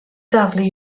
daflu